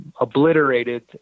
obliterated